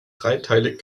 dreiteilig